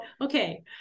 okay